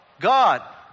God